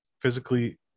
physically